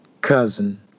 cousin